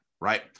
right